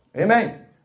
Amen